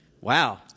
Wow